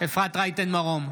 אפרת רייטן מרום,